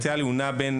בין